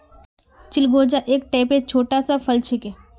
चिलगोजा एक टाइपेर छोटा सा फल छिके